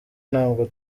ntabwo